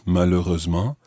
malheureusement